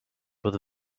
with